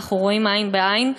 אנחנו רואים עין בעין.